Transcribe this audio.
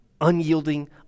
unyielding